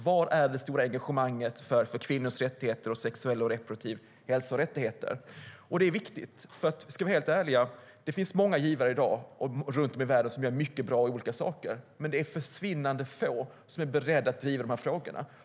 Var är det stora engagemanget för kvinnors rättigheter och för sexuell och reproduktiv hälsa och rättigheter? Detta är viktigt, för om vi ska vara helt ärliga finns det i dag många givare runt om i världen som gör mycket bra och olika saker medan det är försvinnande få som är beredda att driva de här frågorna.